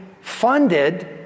funded